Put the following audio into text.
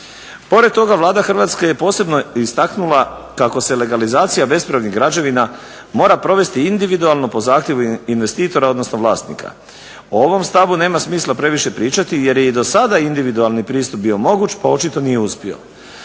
Pored toga, Vlada Hrvatske je posebno istaknula kako se legalizacija bespravnih građevina mora provesti individualno po zahtjevu investitora odnosno vlasnika. O ovom stavu nema smisla previše pričati jer je i do sada individualni pristup bio moguć pa očito nije uspio.